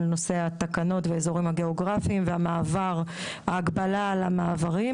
על נושא התקנות והאזורים הגיאוגרפיים וההגבלה על המעברים,